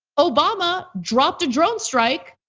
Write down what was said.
obama dropped a drone strike,